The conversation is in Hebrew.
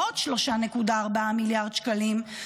בעוד 3.4 מיליארד שקלים,